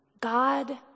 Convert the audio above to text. God